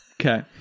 okay